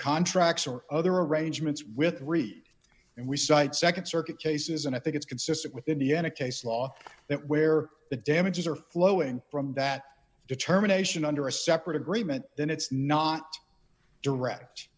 contracts or other arrangements with reed and we cite nd circuit cases and i think it's consistent with indiana case law that where the damages are flowing from that determination under a separate agreement then it's not direct